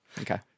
Okay